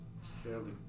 fairly